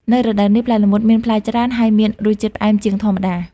នៅរដូវនេះ ផ្លែល្មុតមានផ្លែច្រើន ហើយមានរសជាតិផ្អែមជាងធម្មតា។